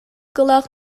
дьоно